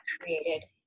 created